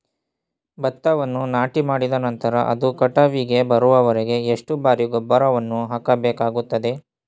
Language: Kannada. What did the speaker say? ಭತ್ತವನ್ನು ನಾಟಿಮಾಡಿದ ನಂತರ ಅದು ಕಟಾವಿಗೆ ಬರುವವರೆಗೆ ಎಷ್ಟು ಬಾರಿ ಗೊಬ್ಬರವನ್ನು ಹಾಕಬೇಕಾಗುತ್ತದೆ?